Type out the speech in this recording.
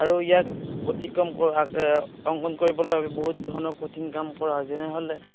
আৰু ইয়াত অতি কম অংকন কৰিবলৈ আমি বহুত ধৰণৰ কঠিন কাম কৰা হয় যেনে হ'লে